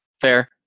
Fair